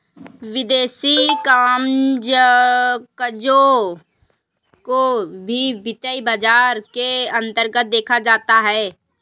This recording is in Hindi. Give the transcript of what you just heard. विदेशी कामकजों को भी वित्तीय बाजार के अन्तर्गत देखा जाता है